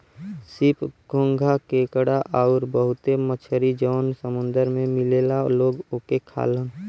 सीप, घोंघा केकड़ा आउर बहुते मछरी जौन समुंदर में मिलला लोग ओके खालन